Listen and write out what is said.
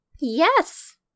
Yes